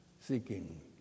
seeking